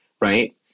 right